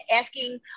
asking